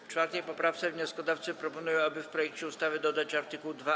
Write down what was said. W 4. poprawce wnioskodawcy proponują, aby w projekcie ustawy dodać art. 2a.